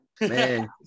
Man